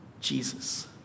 Jesus